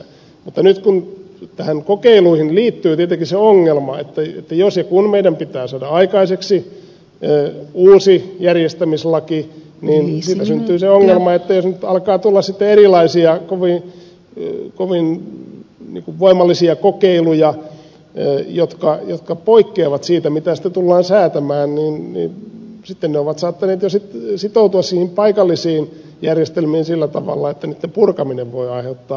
mutta näihin kokeiluihin liittyy tietenkin se ongelma että jos ja kun meidän pitää saada aikaiseksi uusi järjestämislaki niin siitä syntyy se ongelma että jos nyt alkaa tulla sitten erilaisia kovin voimallisia kokeiluja jotka poikkeavat siitä mitä sitten tullaan säätämään niin sitten ne ovat saattaneet jo sitoutua paikallisiin järjestelmiin sillä tavalla että niitten purkaminen voi aiheuttaa ongelmia